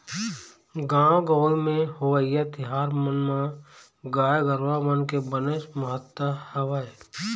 गाँव गंवई म होवइया तिहार मन म गाय गरुवा मन के बनेच महत्ता हवय